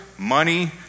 Money